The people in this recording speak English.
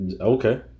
Okay